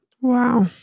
Wow